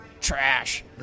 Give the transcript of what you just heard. trash